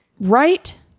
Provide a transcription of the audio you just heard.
right